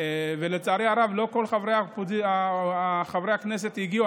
ולצערי הרב, לא כל חברי הכנסת הגיעו.